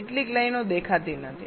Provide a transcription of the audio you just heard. કેટલીક લાઇનો દેખાતી નથી